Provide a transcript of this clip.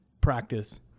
practice